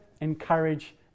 encourage